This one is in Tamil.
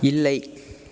இல்லை